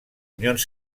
unions